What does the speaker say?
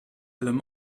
allem